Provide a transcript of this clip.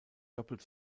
doppelt